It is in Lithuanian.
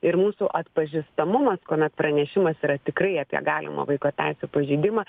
ir mūsų atpažįstamumas kuomet pranešimas yra tikrai apie galimą vaiko teisių pažeidimą